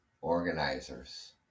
organizers